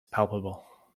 palpable